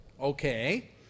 Okay